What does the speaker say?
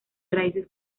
raíces